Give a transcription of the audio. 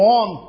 on